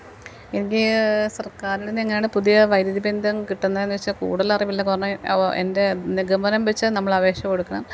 എനിക്ക് സർക്കാരിൽ നിന്ന് എങ്ങാണ്ട് പുതിയ വൈദ്യുതി ബന്ധം കിട്ടുന്നെന്നു വെച്ചാൽ കൂടുതൽ അറിവില്ലാ കാരണം എൻ്റെ നിഗമനം വെച്ച് നമ്മളപേക്ഷ കൊടുക്കണം